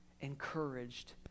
encouraged